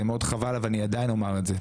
מאוד חבל אבל אני עדיין אומר את זה.